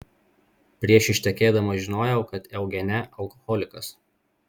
prieš ištekėdama žinojau kad eugene alkoholikas